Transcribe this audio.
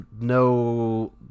No